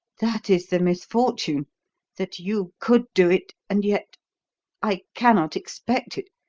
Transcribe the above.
that is the misfortune that you could do it, and yet i cannot expect it,